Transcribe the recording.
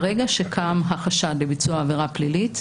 ברגע שקם החשד לביצוע עבירה פלילית,